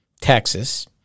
Texas